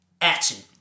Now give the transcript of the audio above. action